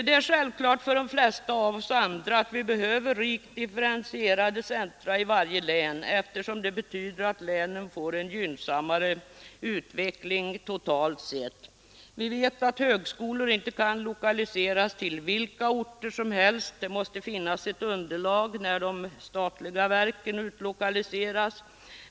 Det är självklart för de flesta av oss andra att det behövs rikt differentierade centra i varje län, eftersom det betyder att länen får en gynnsammare utveckling totalt sett. Vi vet att högskolor inte kan lokaliseras till vilka orter som helst. Det måste finnas ett underlag när de statliga verken utlokaliseras.